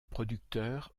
producteur